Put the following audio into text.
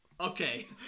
okay